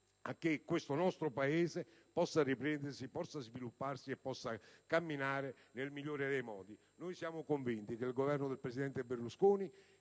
affinché il nostro Paese possa riprendersi, svilupparsi e camminare nel migliore dei modi. Noi siamo convinti che il Governo del presidente Berlusconi